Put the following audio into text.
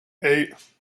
hey